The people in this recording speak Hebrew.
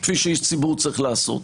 כפי שאיש ציבור צריך לעשות.